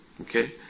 Okay